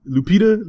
Lupita